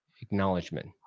acknowledgement